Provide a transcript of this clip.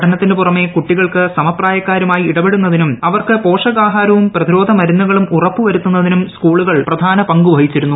പഠനത്തിനു പുറമേ കുട്ടികൾക്ക് സമപ്രായക്കാരുമായി ഇടപെടുന്നതിനും അവർക്ക് പോഷക്ട്രാഹാരവും പ്രതിരോധ മരുന്നുകളും ഉറപ്പുവരുത്തുന്നതിനുട്ടൂസ്കൂളുകൾ പ്രധാന പങ്കു വഹിച്ചിരുന്നു